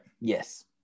Yes